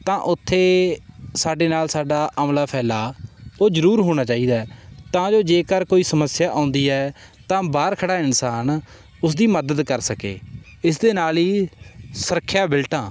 ਤਾਂ ਉੱਥੇ ਸਾਡੇ ਨਾਲ ਸਾਡਾ ਅਮਲਾ ਫੈਲਾ ਉਹ ਜ਼ਰੂਰ ਹੋਣਾ ਚਾਹੀਦਾ ਤਾਂ ਜੋ ਜੇਕਰ ਕੋਈ ਸਮੱਸਿਆ ਆਉਂਦੀ ਹੈ ਤਾਂ ਬਾਹਰ ਖੜ੍ਹਾ ਇਨਸਾਨ ਉਸ ਦੀ ਮਦਦ ਕਰ ਸਕੇ ਇਸ ਦੇ ਨਾਲ ਹੀ ਸੁਰੱਖਿਆ ਬਿਲਟਾਂ